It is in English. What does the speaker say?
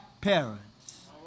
parents